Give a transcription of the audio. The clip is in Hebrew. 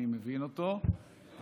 ואני מבין אותו,